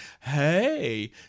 hey